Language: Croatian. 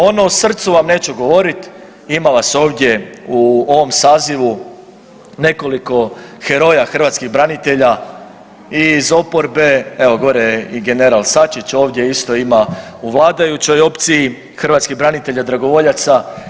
Ono o srcu vam neću govorit ima vas ovdje u ovom sazivu nekoliko heroja hrvatskih branitelja i iz oporbe, evo gore je i general Sačić ovdje isto ima u vladajućoj opciji hrvatskih branitelja dragovoljaca.